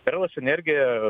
perlas energija